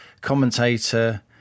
commentator